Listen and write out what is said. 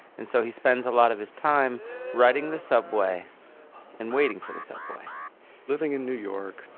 and so he spends a lot of his time riding the subway and waiting for the subway living in new york,